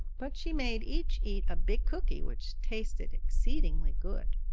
but she made each eat a big cookie, which tasted exceedingly good.